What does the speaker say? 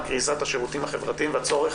על קריסת השירותים החברתיים ועל הצורך